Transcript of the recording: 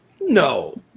no